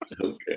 okay